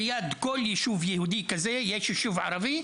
ליד כל יישוב יהודי כזה יש יישוב ערבי,